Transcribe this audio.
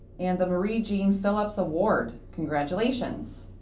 and the marie jean philip's award. congratulations.